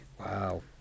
Wow